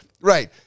Right